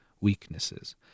Weaknesses